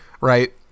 right